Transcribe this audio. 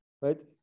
right